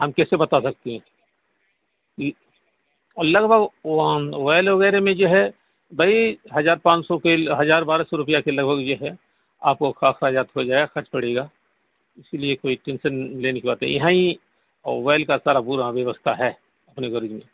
ہم کیسے بتا سکتے ہیں یہ لگ بھگ وائل وغیرہ میں جو ہے بھائی ہزار پانچ سو کے ہزار بارہ سو روپیہ کے لگ بھگ جو ہے آپ کو خرچ پڑے گا اس لیے کوئی ٹینشن لینے کی بات نہیں ہے ہاں یہ وائل کا سارا پورا ویوستھا ہے اپنے گیرج میں